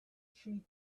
she